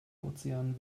ozean